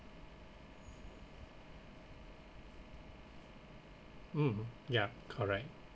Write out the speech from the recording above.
mm yeah correct